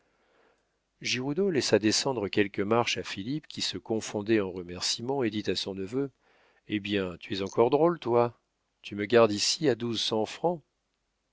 laissa descendre quelques marches à philippe qui se confondait en remercîments et dit à son neveu eh bien tu es encore drôle toi tu me gardes ici à douze cents francs